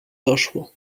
doszło